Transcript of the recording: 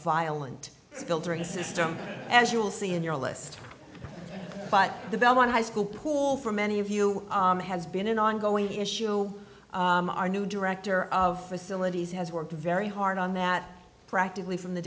violent filtering system as you will see in your list but the belmont high school pool for many of you has been an ongoing issue our new director of facilities has worked very hard on that practically from the